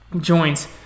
joints